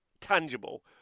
tangible